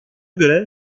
göre